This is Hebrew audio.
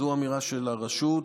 זאת אמירה של הרשות.